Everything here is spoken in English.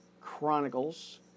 Chronicles